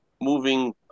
Moving